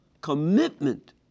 commitment